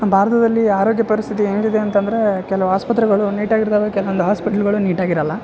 ಭಾರತದಲ್ಲಿ ಆರೋಗ್ಯ ಪರಿಸ್ಥಿತಿ ಹೆಂಗಿದೆ ಅಂತಂದ್ರೆ ಕೆಲವು ಆಸ್ಪತ್ರೆಗಳು ನೀಟಾಗೆ ಇರ್ತವೆ ಕೆಲವೊಂದು ಹಾಸ್ಪಿಟಲ್ಗಳು ನೀಟಾಗಿ ಇರೋಲ್ಲ